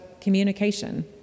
communication